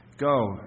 go